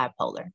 bipolar